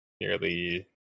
nearly